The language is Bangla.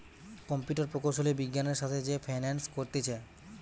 কম্পিউটার প্রকৌশলী বিজ্ঞানের সাথে যে ফাইন্যান্স করতিছে